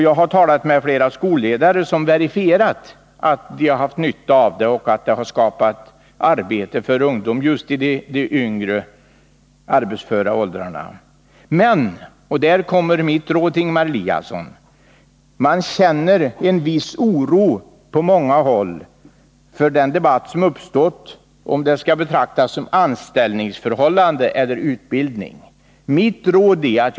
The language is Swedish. Jag har talat med flera skolledare som har verifierat att de har haft nytta av denna åtgärd och att den har skapat arbete för just ungdom i de lägre arbetsföra åldrarna. Men man känner på många håll en viss oro till följd av den debatt som har uppstått om huruvida dessa former skall betraktas som anställningsförhållande eller utbildning. Och här vill jag ge ett råd till Ingemar Eliasson.